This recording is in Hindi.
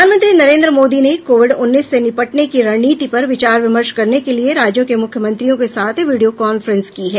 प्रधानमंत्री नरेन्द्र मोदी ने कोविड उन्नीस से निपटने की रणनीति पर विचार विमर्श करने के लिए राज्यों के मुख्यमंत्रियों के साथ वीडियो कांफ्रेंस की है